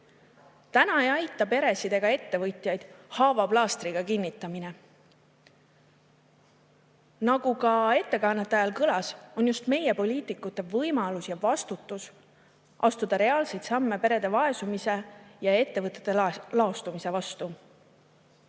Täna ei aita peresid ega ettevõtjaid haava plaastriga [katmine]. Nagu ka ettekannete ajal kõlas, on just meie poliitikute võimalus ja vastutus astuda reaalseid samme perede vaesumise ja ettevõtete laostumise vastu.